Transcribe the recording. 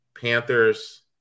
Panthers